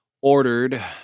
ordered